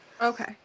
Okay